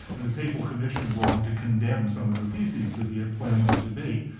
and the papal commission wrong to condemn some of the theses that he had planned to debate.